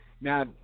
now